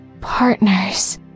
partners